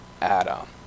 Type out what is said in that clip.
Adam